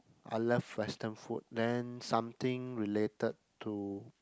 I love western food then something related to